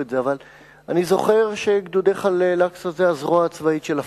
אבל אני זוכר ש"גדודי חללי אל-אקצא" זה הזרוע הצבאית של ה"פתח",